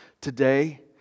today